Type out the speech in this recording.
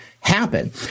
happen